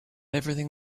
everything